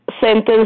sentence